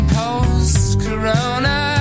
post-corona